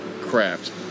craft